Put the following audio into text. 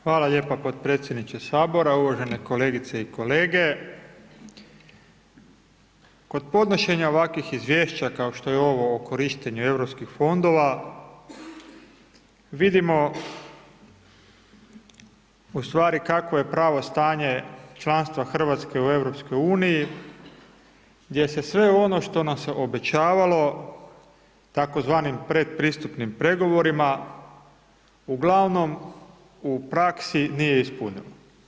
Hvala lijepa podpredsjedniče sabora, uvažene kolegice i kolege, kod podnošenja ovakvih izvješća kao što je ovo o korištenju Europskih fondova vidimo u stvari kakvo je pravo stanje članstva Hrvatske u EU gdje se sve ono što nam se obećavalo tzv. predpristupnim pregovorima uglavnom u praksi nije ispunilo.